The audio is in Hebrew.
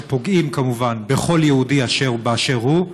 שפוגעים כמובן בכל יהודי באשר הוא,